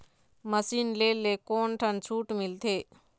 Machine ले ले कोन ठन छूट मिलथे?